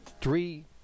three